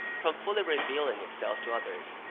from fully revealing itself to others,